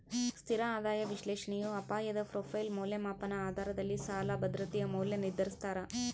ಸ್ಥಿರ ಆದಾಯ ವಿಶ್ಲೇಷಣೆಯು ಅಪಾಯದ ಪ್ರೊಫೈಲ್ ಮೌಲ್ಯಮಾಪನ ಆಧಾರದಲ್ಲಿ ಸಾಲ ಭದ್ರತೆಯ ಮೌಲ್ಯ ನಿರ್ಧರಿಸ್ತಾರ